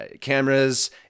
cameras